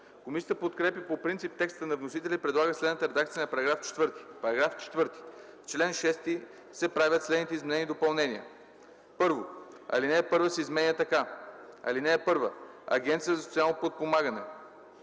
Комисията подкрепя по принцип текста на вносителя и предлага следната редакция на § 4: „§ 4. В чл. 6 се правят следните изменения и допълнения: 1. Алинея 1 се изменя така: „(1) Агенцията за социално подпомагане: